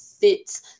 fits